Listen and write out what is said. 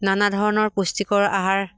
নানা ধৰণৰ পুষ্টিকৰ আহাৰ